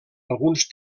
alguns